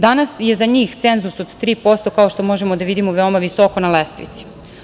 Danas je za njih cenzus od 3%, kao što možemo da vidimo, veoma visoko na lestvici.